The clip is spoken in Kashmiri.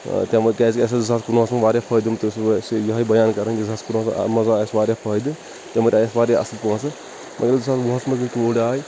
تٔمۍ وون کِیٛازِ کہِ اَسہِ ٲس زٕ ساس کُنوُہَس منٛز واریاہ فٲیِدٕ فٲیِدٕ اَسہِ یُہَے جایَن کَرُن یُس اَسہِ أمہِ منٛز آیہِ اَسہِ واریاہ فٲیِدٕ تِمَن آیہِ اَسہِ واریاہ اصٕل پونٛسہٕ وۄنۍ ییٚلہِ زٕ ساس وُہَس منٛز ییٚلہِ تُم تورۍ آیہِ